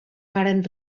varen